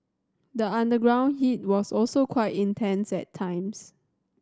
the underground heat was also quite intense at times